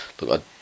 Look